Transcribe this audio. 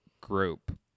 group